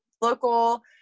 local